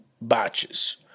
batches